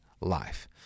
life